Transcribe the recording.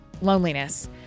Loneliness